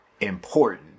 important